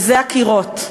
וזה הקירות.